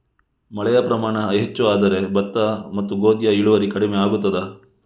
ಮಳೆಯ ಪ್ರಮಾಣ ಹೆಚ್ಚು ಆದರೆ ಭತ್ತ ಮತ್ತು ಗೋಧಿಯ ಇಳುವರಿ ಕಡಿಮೆ ಆಗುತ್ತದಾ?